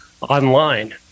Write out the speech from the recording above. online